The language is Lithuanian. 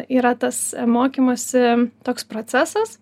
yra tas mokymosi toks procesas